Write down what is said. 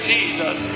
Jesus